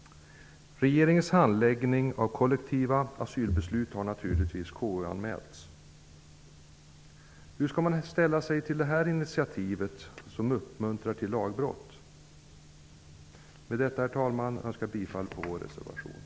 Regeringens handläggning av kollektiva asylbeslut har naturligtvis KU-anmälts. Med detta, herr talman, yrkar jag bifall till vår reservation.